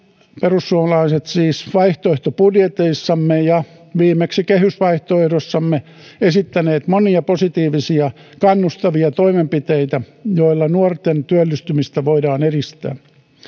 perussuomalaiset olemme vaihtoehtobudjeteissamme ja viimeksi kehysvaihtoehdossamme esittäneet monia positiivisia kannustavia toimenpiteitä joilla nuorten työllistymistä voidaan edistää